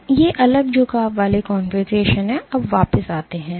तो ये अलग झुकाव वाले कॉन्फ़िगरेशन हैं अब वापस आते हैं